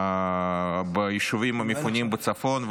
ביישובים המפונים בצפון,